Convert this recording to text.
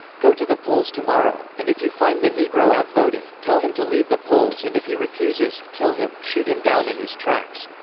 go to the polls tomorrow, and if you find the negro out voting, tell him to leave the polls and if he refuses, kill him, shoot him down in his tracks.